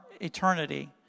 eternity